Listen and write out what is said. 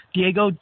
Diego